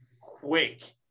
quick